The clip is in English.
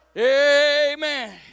Amen